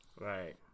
Right